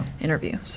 interview